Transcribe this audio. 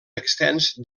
extens